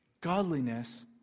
Godliness